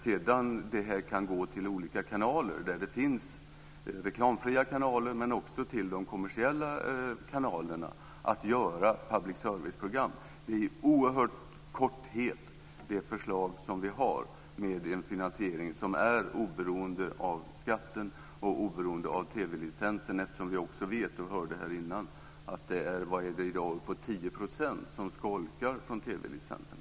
Sedan kan olika kanaler, reklamfria kanaler men också de kommersiella kanalerna, göra public service-program. Det är i oerhörd korthet det förslag vi har, med en finansiering som är oberoende av skatten - och också oberoende av TV-licensen. Som vi hörde här tidigare är det ju i dag uppemot 10 % som skolkar från TV-licensen.